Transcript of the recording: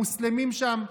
המוסלמים שם,